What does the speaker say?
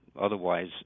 otherwise